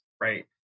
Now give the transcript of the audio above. right